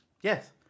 Yes